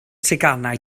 teganau